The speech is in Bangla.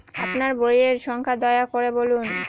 আপনার বইয়ের সংখ্যা দয়া করে বলুন?